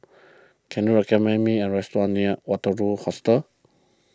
can you recommend me a restaurant near Waterloo Hostel